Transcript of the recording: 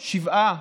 שבעה,